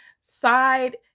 side